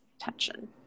attention